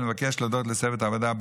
אני מבקש להודות לצוות הוועדה,